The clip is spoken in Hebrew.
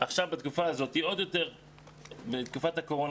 בתקופת הקורונה,